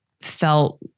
felt